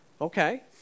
Okay